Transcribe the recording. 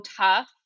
tough